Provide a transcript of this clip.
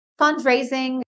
Fundraising